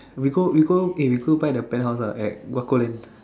we go we go eh we go buy the penthouse ah at Guaco land